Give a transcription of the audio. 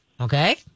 Okay